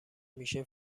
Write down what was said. میشه